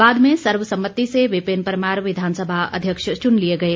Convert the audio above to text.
बाद में सर्वसम्मति से विपिन परमार विधानसभा अध्यक्ष चुन लिए गए